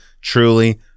truly